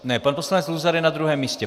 Ne, pan poslanec Luzar je na druhém místě.